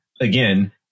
again